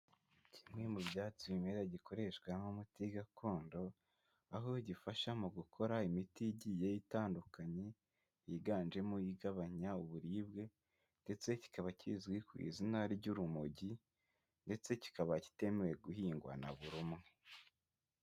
Kimwe mu byatsi bimera gikoreshwa nk'umuti gakondo, aho gifasha mu gukora imiti igiye itandukanye yiganjemo igabanya uburibwe ndetse kikaba kizwi ku izina ry'urumogi ndetse kikaba kitemewe guhingwa na buri umwe.